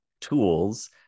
tools